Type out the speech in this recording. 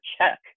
check